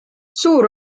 suur